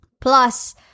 Plus